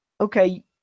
okay